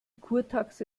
kurtaxe